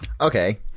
Okay